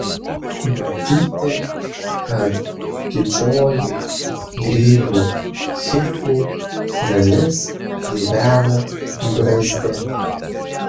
matyti kad didžioji grybų hifų dalis gyvena brazde